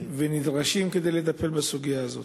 ונדרשים כדי לטפל בסוגיה הזאת.